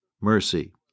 mercy